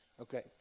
Okay